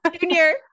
Junior